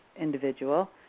individual